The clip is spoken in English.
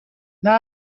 now